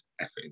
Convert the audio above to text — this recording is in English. effort